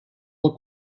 del